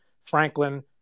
Franklin